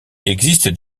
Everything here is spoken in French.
existent